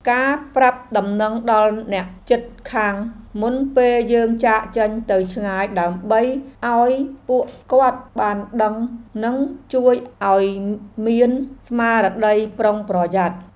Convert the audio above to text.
ការប្រាប់ដំណឹងដល់អ្នកជិតខាងមុនពេលយើងចាកចេញទៅឆ្ងាយដើម្បីឱ្យពួកគាត់បានដឹងនិងជួយឱ្យមានស្មារតីប្រុងប្រយ័ត្ន។